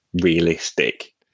realistic